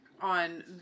on